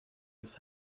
his